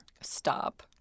Stop